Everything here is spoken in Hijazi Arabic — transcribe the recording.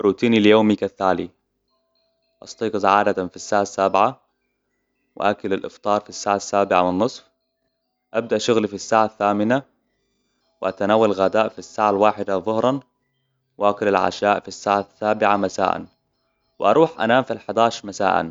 روتيني اليومي كالتالي أستيقظ عادةً في الساعة السابعة وأكل الأفطار في الساعة السابعة والنصف. أبدأ شغلي في الساعة الثامنة وأتناول الغداء في الساعة الواحدة ظهراً وأكل العشاء في الساعة السابعة مساءً وأروح أنام في الحداش مساءاً